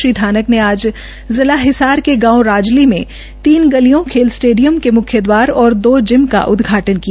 श्री धानक ने आज जिला हिसार के गांव राजली में तीन गलियोंखेल स्टेडियम के मुख्य दवार और दो जिम का उदघाटन किया